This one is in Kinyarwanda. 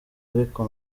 ariko